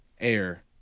air